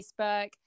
Facebook